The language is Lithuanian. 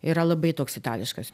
yra labai toks itališkas